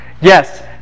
Yes